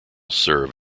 serve